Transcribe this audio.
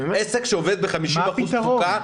עסק שעובד ב-50% תפוקה,